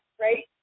right